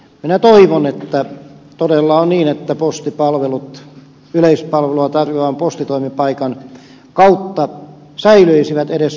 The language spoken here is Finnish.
minä toivon että todella on niin että postipalvelut yleispalvelua tarjoavan postitoimipaikan kautta säilyisivät edes nykyisillään